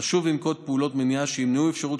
חשוב לנקוט פעולות מניעה שימנעו אפשרות